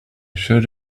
should